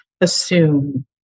assume